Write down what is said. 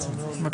דודי